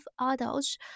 adults